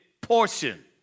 portion